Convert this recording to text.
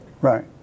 Right